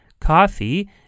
coffee